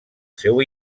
seu